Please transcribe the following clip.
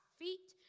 feet